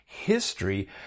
History